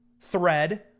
thread